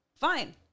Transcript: fine